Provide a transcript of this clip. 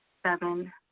seven,